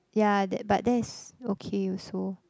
yeah that but that's okay also